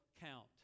count